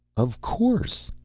of course,